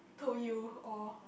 told you all